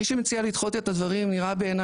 מי שמציע לדחות את הדברים נראה בעיני